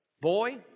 Boy